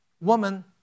woman